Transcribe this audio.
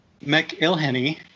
McIlhenny